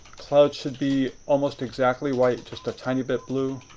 clouds should be almost exactly white, just a tiny bit blue.